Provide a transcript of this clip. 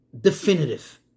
definitive